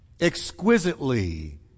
exquisitely